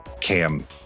Cam